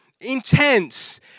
intense